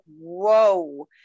whoa